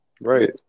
Right